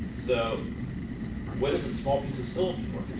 so what does a small piece of so